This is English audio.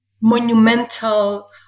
monumental